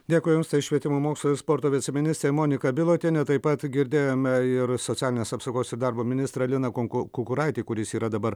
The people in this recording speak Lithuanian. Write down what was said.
dėkui jums tai švietimo mokslo ir sporto viceministrė monika bilotienė taip pat girdėjome ir socialinės apsaugos ir darbo ministrą liną kunku kukuraitį kuris yra dabar